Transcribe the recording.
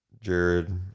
Jared